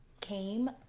came